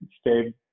stay